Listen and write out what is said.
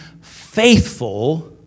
faithful